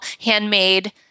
handmade